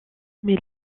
mais